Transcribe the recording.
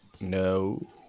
No